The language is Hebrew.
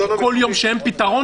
כי כל יום שאין פתרון,